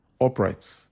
upright